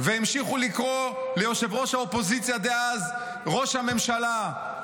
והמשיכו לקרוא לראש האופוזיציה דאז "ראש הממשלה".